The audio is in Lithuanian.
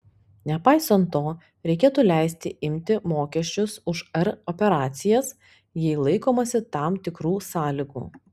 nepaisant to reikėtų leisti imti mokesčius už r operacijas jei laikomasi tam tikrų sąlygų